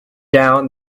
down